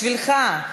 בשבילך,